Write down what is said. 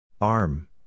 Arm